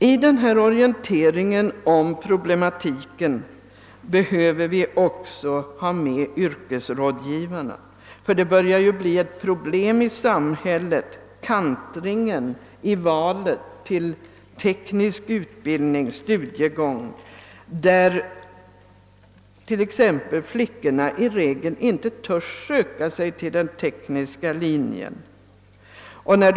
I denna orienteringsverksamhet beträffande problematiken behöver vi också få med yrkesrådgivarna. Ensidigheten i rekryteringen till den tekniska utbildningen börjar nämligen bli ett problem i samhället. En anledning härtill är t.ex. att flickorna i regel inte vågar söka sig till sådana studielinjer.